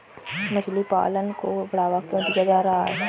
मछली पालन को बढ़ावा क्यों दिया जा रहा है?